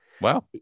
Wow